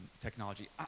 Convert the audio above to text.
technology